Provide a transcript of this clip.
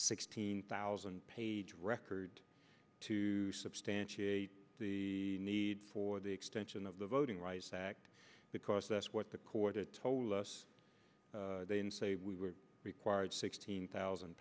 sixteen thousand page record to substantiate the need for the extension of the voting rights act because that's what the court had told us they say we were required sixteen thousand